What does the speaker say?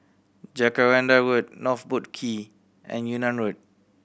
Jacaranda Road North Boat Quay and Yunnan Road